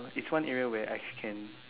it's one area where ice can